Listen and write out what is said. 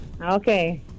Okay